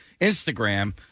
Instagram